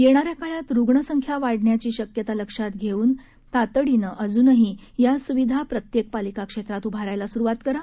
येणाऱ्या काळात रुग्ण संख्या वाढण्याची शक्यता लक्षात घेऊन तातडीनं अजूनही या सुविधा प्रत्येक पालिका क्षेत्रात उभारायला सुरुवात करा